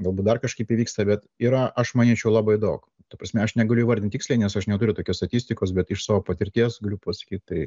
galbūt dar kažkaip įvyksta bet yra aš manyčiau labai daug ta prasme aš negaliu įvardint tiksliai nes aš neturiu tokios statistikos bet iš savo patirties galiu pasakyt tai